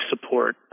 support